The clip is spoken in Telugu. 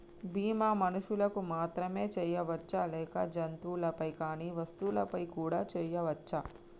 బీమా మనుషులకు మాత్రమే చెయ్యవచ్చా లేక జంతువులపై కానీ వస్తువులపై కూడా చేయ వచ్చా?